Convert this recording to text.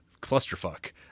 clusterfuck